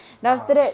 ah